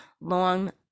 long